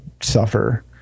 suffer